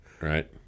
Right